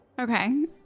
Okay